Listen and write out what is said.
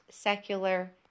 secular